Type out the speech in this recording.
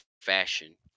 fashion